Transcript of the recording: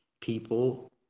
People